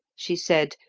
she said,